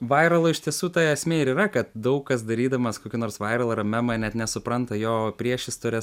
vairolo iš tiesų ta esmė ir yra kad daug kas darydamas kokį nors vairalą ar memą net nesupranta jo priešistorės